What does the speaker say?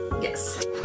Yes